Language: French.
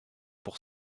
pour